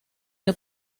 que